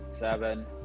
Seven